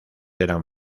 eran